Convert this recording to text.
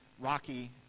Rocky